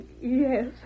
Yes